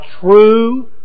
true